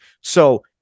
So-